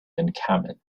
encampment